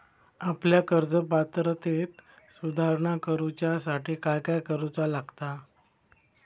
आपल्या कर्ज पात्रतेत सुधारणा करुच्यासाठी काय काय करूचा लागता?